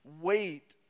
wait